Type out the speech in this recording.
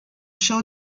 show